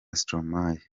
stromae